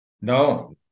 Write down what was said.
No